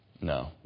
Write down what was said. No